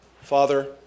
Father